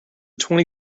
twenty